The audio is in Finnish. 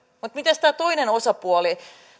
mutta miten tämä toinen osapuoli